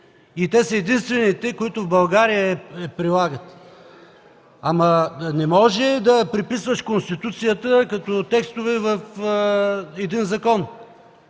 и са единствените, които в България я прилагат. Не може да преписваш Конституцията като текстове в един закон.